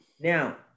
now